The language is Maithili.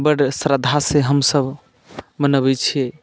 बड्ड श्रद्धासँ हमसभ मनबैत छियै